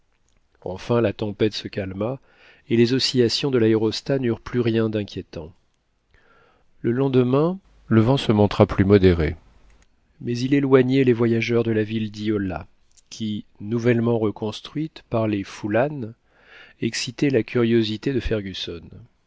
enfin la tempête se calma et les oscillations de l'aérostat n'eurent plus rien d'inquiétant le lendemain le vent se montra plus modéré mais il éloignait les voyageurs de la ville d'yola qui nouvellement reconstruite par les foullannes excitait la cutiosité de fergusson